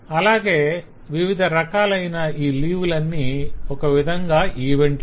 అలాగే వివిధ రకాలైన ఈ లీవ్ లన్ని ఒక విధంగా ఈవెంటులే